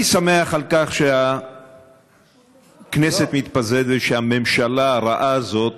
אני שמח על כך שהכנסת מתפזרת ושהממשלה הרעה הזאת